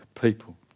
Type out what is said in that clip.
people